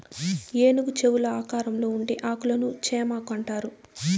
ఏనుగు చెవుల ఆకారంలో ఉండే ఆకులను చేమాకు అంటారు